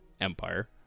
empire